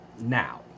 now